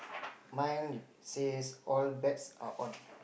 mine says all bets are on